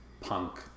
punk